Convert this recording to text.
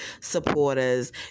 supporters